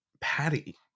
patty